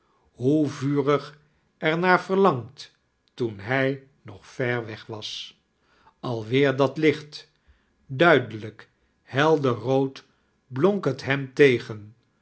hoe vurig er naar verlangd toen hij nog ver weg was alweer dat licht duidelijk heldexrood blonk het hem tegen